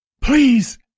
Please